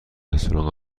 رستوران